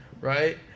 right